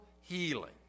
healing